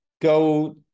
go